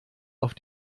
auf